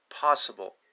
Possible